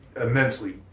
immensely